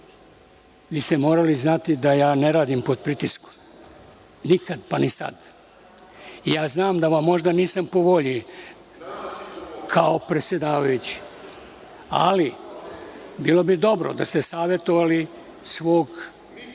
biste morali znati da ja ne radim pod pritiskom, nikad, pa ni sada. Znam da vam možda nisam po volji kao predsedavajući, ali bilo bi dobro da ste savetovali svog